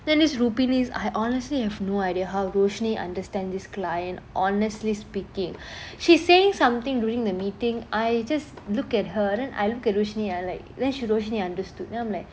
then this rupinis honestly have no idea how rushni understand this client honestly speaking she saying something during the meeting I just look at her then I look at rushni I like then she rushni understood then I'm like